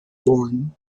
born